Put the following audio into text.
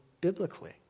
biblically